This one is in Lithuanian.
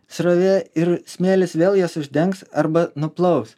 srovė ir smėlis vėl jas uždengs arba nuplaus